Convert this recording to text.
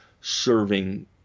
serving